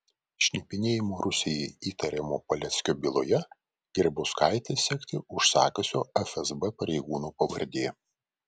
šnipinėjimu rusijai įtariamo paleckio byloje grybauskaitę sekti užsakiusio fsb pareigūno pavardė